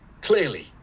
clearly